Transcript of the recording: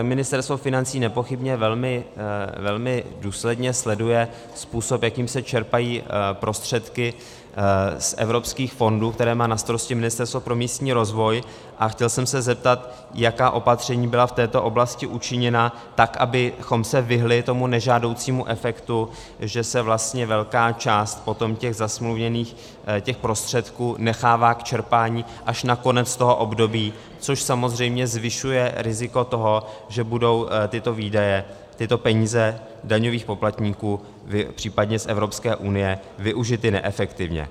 Ministerstvo financí nepochybně velmi důsledně sleduje způsob, jakým se čerpají prostředky z evropských fondů, které má na starosti Ministerstvo pro místní rozvoj, a chtěl jsem se zeptat, jaká opatření byla v této oblasti učiněna, tak abychom se vyhnuli tomu nežádoucímu efektu, že se vlastně potom velká část těch prostředků nechává k čerpání až na konec toho období, což samozřejmě zvyšuje riziko toho, že budou tyto výdaje, tyto peníze daňových poplatníků, případně z Evropské unie, využity neefektivně.